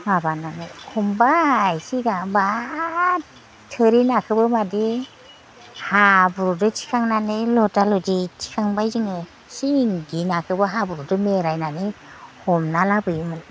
माबानानै हमबाय सिगां बाब थोरि नाखोबो मादि हाब्रुनिफ्राय थिखांनानै लदा लदि थिखांबाय जोङो सिंगि नाखोबो हाब्रुआव मेराइनानै हमना लाबोयोमोन